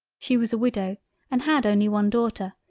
she was a widow and had only one daughter,